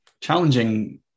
challenging